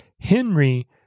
Henry